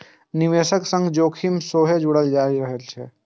निवेशक संग जोखिम सेहो जुड़ल रहै छै